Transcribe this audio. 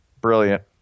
Brilliant